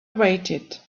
waited